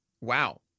Wow